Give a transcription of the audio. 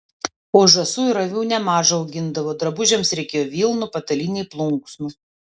o žąsų ir avių nemaža augindavo drabužiams reikėjo vilnų patalynei plunksnų